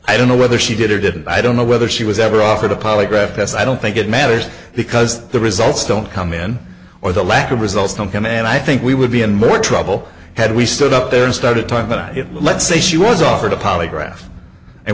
i don't know whether she did or didn't i don't know whether she was ever offered a polygraph test i don't think it matters because the results don't come in or the lack of results come come in and i think we would be in more trouble had we stood up there and started time but let's say she was offered a polygraph and